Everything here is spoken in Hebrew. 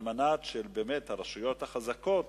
על מנת שלרשויות החזקות